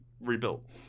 rebuilt